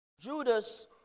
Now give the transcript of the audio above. Judas